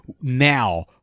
now